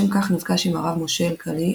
לשם כך נפגש עם הרב משה אלקלעי,